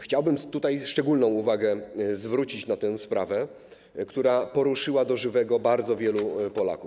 Chciałbym tutaj szczególną uwagę zwrócić na tę sprawę, która poruszyła do żywego bardzo wielu Polaków.